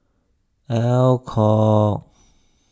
Alcott